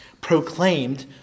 proclaimed